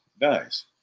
nice